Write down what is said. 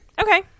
Okay